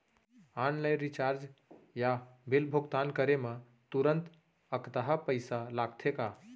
Online recharge या bill भुगतान करे मा तुरंत अक्तहा पइसा लागथे का?